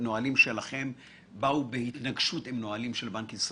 נהלים שהתנגשו עם נהלי בנק ישראל?